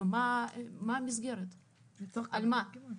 מה המסגרת, על מה?